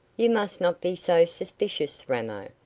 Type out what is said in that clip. you must not be so suspicious, ramo.